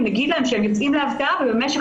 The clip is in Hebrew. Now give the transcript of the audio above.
אם נגיד להם שהם יוצאים לאבטלה ובמשך